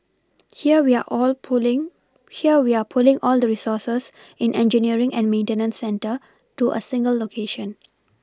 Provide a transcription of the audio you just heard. here we are all pulling here we are pulling all the resources in engineering and maintenance centre to a single location